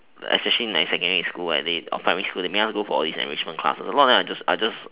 especially in secondary schools where they or primary school they make go for all these enrichment classes a lot of them are just are just